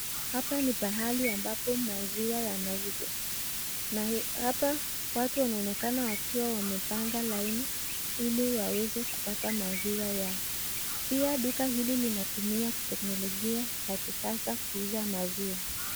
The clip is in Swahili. Hapa ni pahali ambapo maziwa yanauzwa na hapa watu wanaonekana wakiwa wamepanga laini ili waweze kupata maziwa yao, pia duka hili linatumia teknolojia ya kisasa kuuza maziwa.